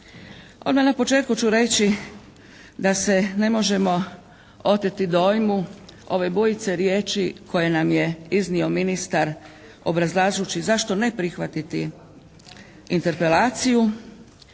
Odmah na početku ću reći da se ne možemo oteti dojmu ove bujice riječi koje nam je iznio ministar obrazlažući zašto ne prihvatiti Interpelaciju.